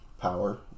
power